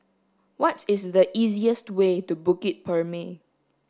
what is the easiest way to Bukit Purmei